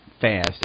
fast